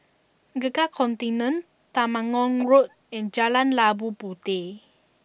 Gurkha Contingent Temenggong Road and Jalan Labu Puteh